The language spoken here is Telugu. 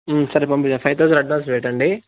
సరే పంపించేస్తాం ఫైవ్ థౌజండ్ అడ్వాన్స్ పెట్టండి